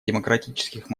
демократических